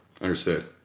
Understood